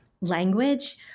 language